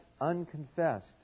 unconfessed